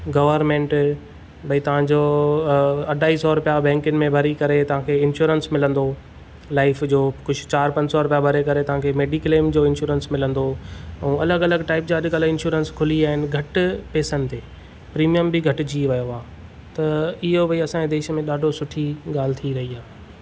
government भई तव्हांजो अढाई सौ रुपया बैंकिन में भरी करे तव्हांखे इंश्योरेंस मिलंदो लाइफ़ जो कुझु चारि पंज सौ भरी करे तव्हांखे मेडिक्लेम जो इंश्योरेंस मिलंदो ऐं अलगि॒ अलगि॒ टाइप जा अॼु कल्ह इंश्योरेंस खुली वया आहिनि घटि पैसनि ते प्रीमियम बि घटिजी वियो आहे त इहो ॿेई असां जे देश में ॾाढी सुठी ॻाल्हि थी रही आहे